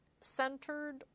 centered